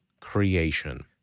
creation